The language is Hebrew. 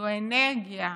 זו אנרגיה